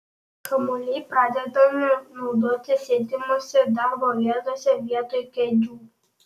kamuoliai pradedami naudoti sėdimose darbo vietose vietoj kėdžių